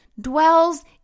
dwells